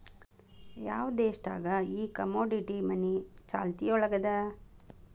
ಯಾವ್ ದೇಶ್ ದಾಗ್ ಈ ಕಮೊಡಿಟಿ ಮನಿ ಚಾಲ್ತಿಯೊಳಗದ?